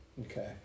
Okay